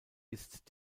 ist